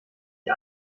die